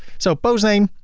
so postname,